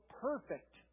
perfect